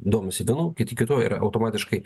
domisi vienu kiti kitu ir automatiškai